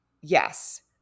Yes